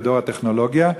בדור הטכנולוגיה,